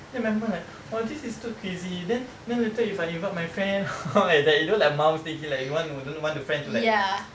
then my mum like oh this is too squeezy then then later if I invite my friend like you know like mum's thinking like you want like you would want the friends to like